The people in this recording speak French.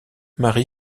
marie